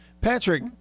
Patrick